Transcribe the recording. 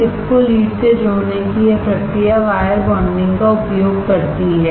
chip को lead से जोड़ने की यह प्रक्रिया वायर बॉन्डिंग का उपयोग करती है